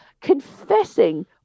confessing